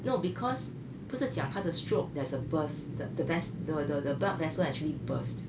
no because 不是讲她的 stroke there's a burst the the ves~ the the the blood vessel actually burst